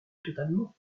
totalement